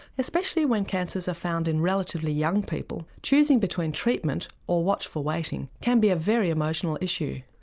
especially when cancers are found in relatively young people, choosing between treatment or watchful waiting can be a very emotional issue.